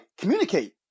Communicate